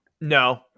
No